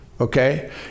Okay